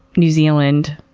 new zealand,